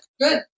Good